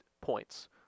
points